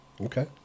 okay